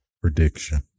prediction